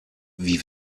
wie